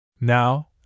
Now